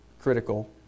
critical